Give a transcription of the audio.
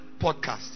podcast